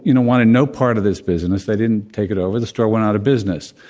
you know, wanted no part of this business. they didn't take it over. the store went out of business.